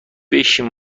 بشین